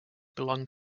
belong